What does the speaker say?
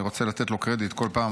אני רוצה לתת לו קרדיט בכל פעם,